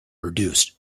reduced